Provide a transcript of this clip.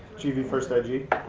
you do first ig?